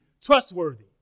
trustworthy